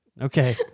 Okay